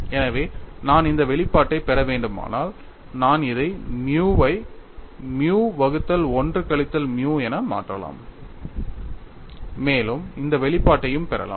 எனவே நான் இந்த வெளிப்பாட்டைப் பெற வேண்டுமானால் நான் இதை மியூ ஐ மியூ வகுத்தல் 1 கழித்தல் மியூ என மாற்றலாம் மேலும் இந்த வெளிப்பாட்டையும் பெறலாம்